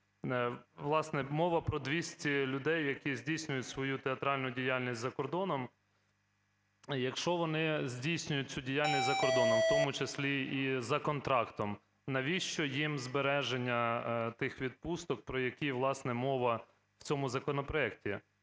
власне, мова про 200і людей, які здійснюють свою театральну діяльність за кордоном. Якщо вони здійснюють цю діяльність за кордоном, в тому числі і за контрактом, навіщо їм збереження тих відпусток, про які, власне, мова в цьому законопроекті?